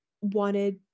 wanted